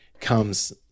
comes